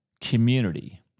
community